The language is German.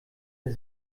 der